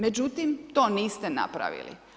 Međutim, to niste napravili.